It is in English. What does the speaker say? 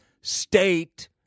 state